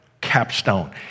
capstone